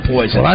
Poison